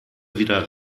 wieder